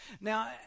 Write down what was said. Now